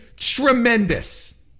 tremendous